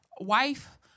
wife